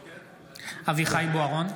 (קורא בשם חבר הכנסת) אביחי בוארון,